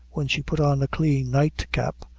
when she put on a clean night cap,